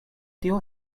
tio